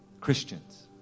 Christians